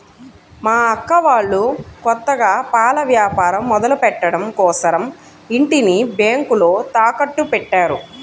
మా అక్క వాళ్ళు కొత్తగా పాల వ్యాపారం మొదలుపెట్టడం కోసరం ఇంటిని బ్యేంకులో తాకట్టుపెట్టారు